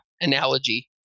analogy